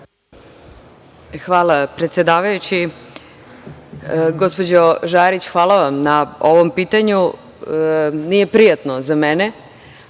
Hvala, predsedavajući. Gospođo Žarić, hvala vam na ovom pitanju. Nije prijatno za mene,